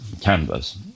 canvas